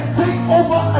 takeover